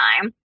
time